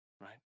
right